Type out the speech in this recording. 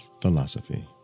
philosophy